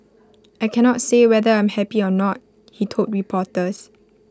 I cannot say whether I'm happy or not he told reporters